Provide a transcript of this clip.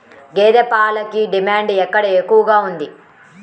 గేదె పాలకు డిమాండ్ ఎక్కడ ఎక్కువగా ఉంది?